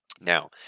Now